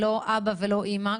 לא "אבא" ולא "אימא",